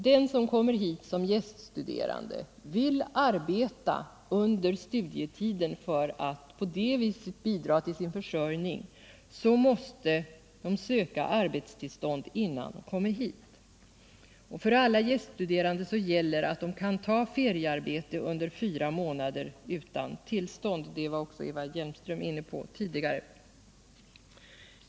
Den gäststuderande som vill arbeta under studietiden för att på det viset bidra till sin försörjning måste söka arbetstillstånd innan han kommer hit. För alla gäststuderande gäller att de kan ta feriearbete under fyra månader utan tillstånd — det berörde också Eva Hjelmström tidigare.